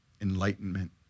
enlightenment